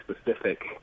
specific